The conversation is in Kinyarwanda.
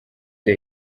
the